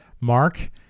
Mark